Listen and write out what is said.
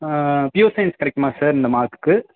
pure science கிடைக்குமா sir இந்த மார்க்குக்கு